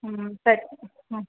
ಹ್ಞೂ ಸರಿ ಹ್ಞೂ